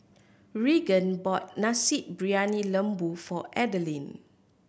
Raegan bought Nasi Briyani Lembu for Adalynn